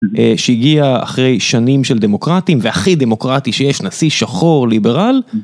שיגיע אחרי שנים של דמוקרטים והכי דמוקרטי שיש נשיא שחור ליברל.